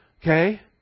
Okay